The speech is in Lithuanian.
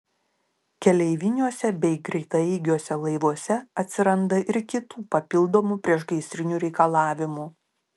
keleiviniuose bei greitaeigiuose laivuose atsiranda ir kitų papildomų priešgaisrinių reikalavimų